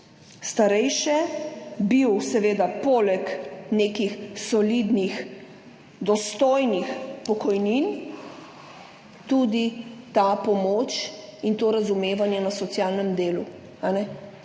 starejše bil seveda poleg nekih solidnih, dostojnih pokojnin tudi ta pomoč in to razumevanje na socialnem delu.